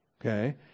okay